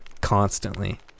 constantly